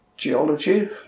Geology